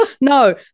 No